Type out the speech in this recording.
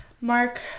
Mark